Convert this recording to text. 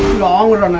longer um